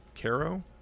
Caro